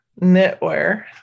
Knitwear